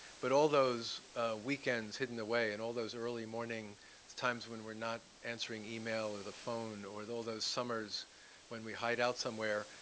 but all those weekends hidden away, and all those early morning times when we're not answering email or the phone, or all those summers when we hide out somewhere,